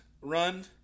run